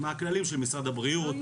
מהכללים של משרד הבריאות,